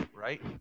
right